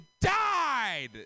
died